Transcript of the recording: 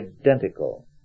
identical